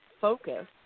focus